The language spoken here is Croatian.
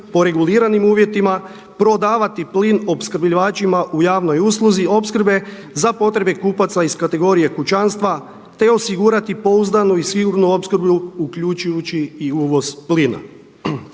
po reguliranim uvjetima prodavati plin opskrbljivačima u javnoj usluzi opskrbe za potrebe kupaca iz kategorije kućanstva, te osigurati pouzdanu i sigurnu opskrbu uključujući i uvoz plina.